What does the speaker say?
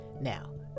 Now